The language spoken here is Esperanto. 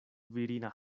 virina